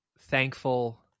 thankful